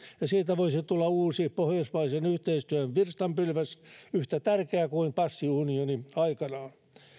ja siitä voisi tulla uusi pohjoismaisen yhteistyön virstanpylväs yhtä tärkeä kuin passiunioni aikanaan